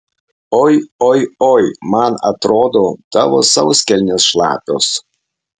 oi oi oi man atrodo tavo sauskelnės šlapios